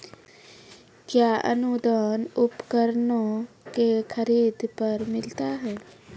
कया अनुदान उपकरणों के खरीद पर मिलता है?